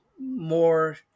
more